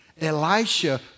Elisha